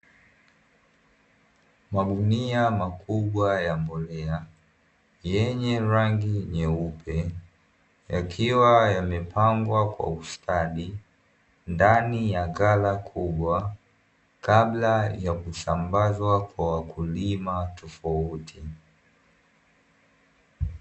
Magunia makubwa ya mbolea, yenye rangi nyeupe yakiwa yamepangwa kwa ustadi ndani ya ghala kubwa, kabla ya kusambazwa kwa wakulima tofauti.